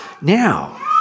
Now